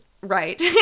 right